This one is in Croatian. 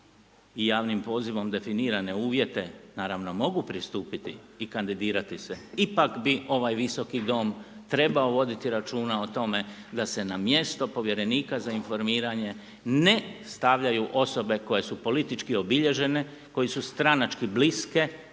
i javnim pozivom definirane uvjete naravno mogu pristupiti i kandidirati se ipak bi ovaj Visoki dom trebao voditi računa o tome da se na mjesto povjerenika za informiranje ne stavljaju osobe koje su politički obilježene, koje su stranački bliske,